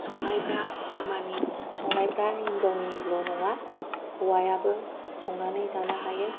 संनायफ्रा खामानि संनायफ्रा हिनजावनिल' नङा हौवायाबो संनानै जानो हायो